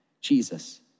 Jesus